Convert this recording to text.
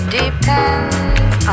depends